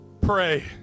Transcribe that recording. pray